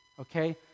okay